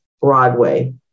Broadway